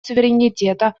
суверенитета